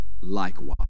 Likewise